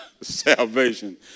salvation